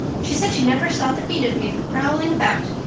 she said she never saw the beat of me for prowling about.